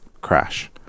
crash